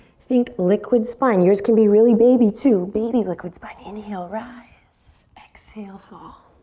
think liquid spine. your's can be really baby, too. baby liquid spine. inhale, rise. exhale, fall.